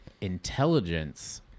Intelligence